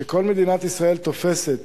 כשכל מדינת ישראל תופסת